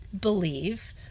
believe